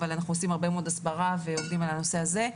אנחנו עושים הרבה מאוד הסברה ועובדים על הנושא הזה.